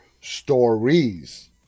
Stories